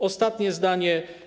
Ostatnie zdanie.